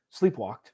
sleepwalked